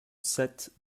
sept